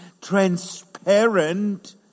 Transparent